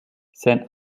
sein